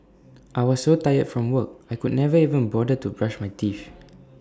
I was so tired from work I could never even bother to brush my teeth